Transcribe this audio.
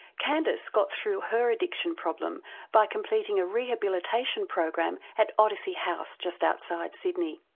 candice got through her addiction problem by completing a rehabilitation program at odyssey house just outside sydney.